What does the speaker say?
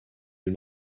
you